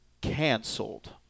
Canceled